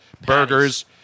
burgers